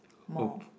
more